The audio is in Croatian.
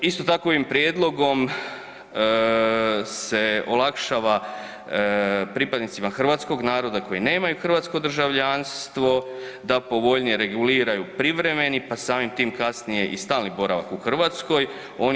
Isto tako ovim prijedlogom se olakšava pripadnicima hrvatskog naroda koji nemaju hrvatsko državljanstvo da povoljnije reguliraju privremeni, pa samim tim kasnije i stalni boravak u Hrvatskoj.